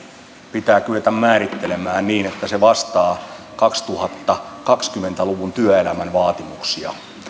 pitää kyetä määrittelemään niin että se vastaa kaksituhattakaksikymmentä luvun työelämän vaatimuksia